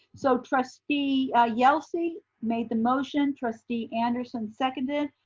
so trustee yelsey made the motion trustee anderson seconded.